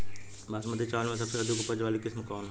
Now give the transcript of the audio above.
बासमती चावल में सबसे अधिक उपज वाली किस्म कौन है?